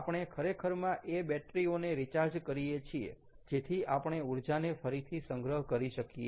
આપણે ખરેખરમાં એ બેટરી ઓને રિચાર્જ કરીએ છીએ જેથી આપણે ઊર્જાને ફરીથી સંગ્રહ કરી શકીએ